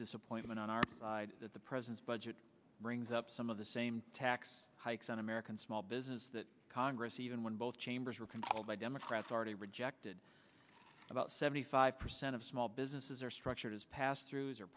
disappointment on our side that the president's budget brings up some of the same tax hikes on american small business that congress even when both chambers are controlled by democrats already rejected about seventy five percent of small businesses are structured as passed through